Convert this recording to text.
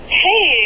hey